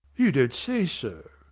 you don't say so!